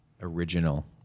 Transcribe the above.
original